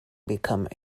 become